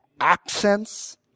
accents